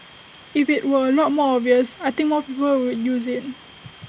if IT were A lot more obvious I think more people would use IT